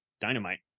dynamite